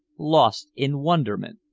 lost in wonderment.